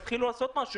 תתחילו לעשות משהו.